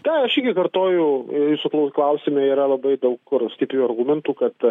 tą aš irgi kartoju jūsų klausime yra labai daug stiprių argumentų kad